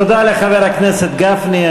תודה לחבר הכנסת גפני.